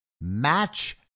match